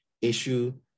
issue